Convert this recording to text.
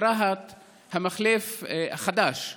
המחלף החדש ברהט,